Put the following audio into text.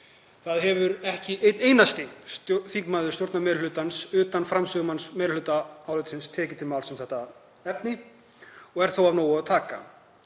Það hefur ekki einn einasti þingmaður stjórnarmeirihlutans, utan framsögumanns meirihlutaálitsins, tekið til máls um þetta efni og er þó af nógu að taka.